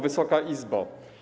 Wysoka Izbo!